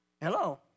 Hello